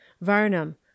Varnum